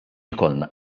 ikollna